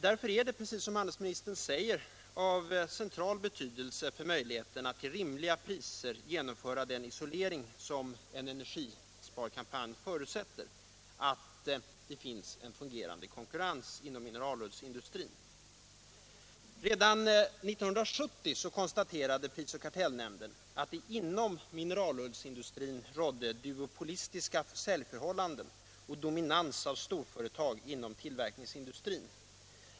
Därför är det, precis som handelsministern säger, av central betydelse för möjligheterna att till rimliga priser genomföra den isolering som en energisparkampanj syftar till att det finns en fungerande konkurrens inom mineralullsindustrin. Redan år 1970 konstaterade prisoch kartellnämnden att det inom mineralullsindustrin rådde duopolistiska säljförhållanden och dominans av storföretag inom tillverkningsindustrin.